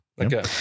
Okay